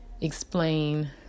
explain